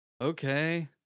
okay